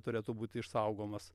turėtų būti išsaugomas